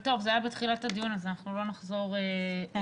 אבל זה היה בתחילת הדיון אז אנחנו לא נחזור אחורה.